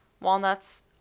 walnuts